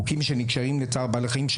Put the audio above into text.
חוקים שקשורים לצער בעלי חיים,